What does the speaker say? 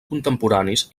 contemporanis